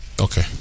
Okay